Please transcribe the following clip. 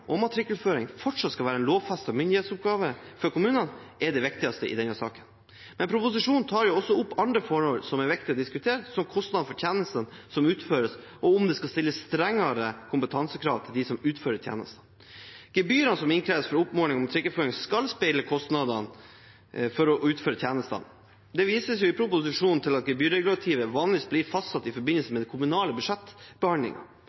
og matrikkelføring fortsatt skal være en lovfestet myndighetsoppgave for kommunene, er det viktigste i denne saken. Men proposisjonen tar også opp andre forhold som er viktig å diskutere, som kostnadene for tjenestene som utføres, og om det skal stilles strengere kompetansekrav til dem som utfører tjenesten. Gebyrene som innkreves for oppmåling og matrikkelføring, skal speile kostnadene for å utføre tjenestene. Det vises i proposisjonen til at gebyrregulativet vanligvis blir fastsatt i forbindelse